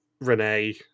Renee